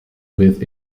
with